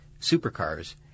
supercars